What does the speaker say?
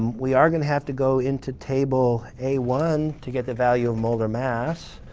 we are going to have to go into table a one to get the value of molar mass.